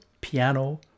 piano